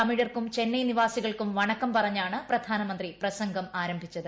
തമിഴർക്കും ചെന്നൈ നിവാസികൾക്കും തമിഴിൽ വണക്കം പറഞ്ഞാണ് പ്രധാനമന്ത്രി പ്രസംഗം ആരംഭിച്ചത്